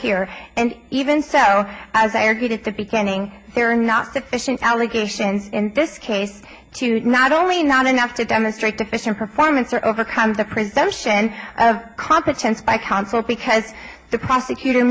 here and even so as i argued to be canning there are not sufficient allegations in this case to not only not enough to demonstrate deficient performance or overcome the presumption of competence by counsel because the prosecutor